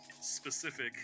specific